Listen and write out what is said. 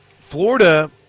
Florida